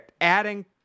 adding